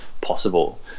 possible